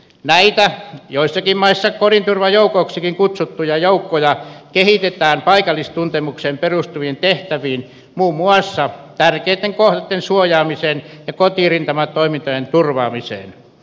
näitä joissakin maissa kodinturvajoukoiksikin kutsuttuja joukkoja kehitetään paikallistuntemukseen perustuviin tehtäviin muun muassa tärkeitten kohteitten suojaamiseen ja kotirintamatoimintojen turvaamiseen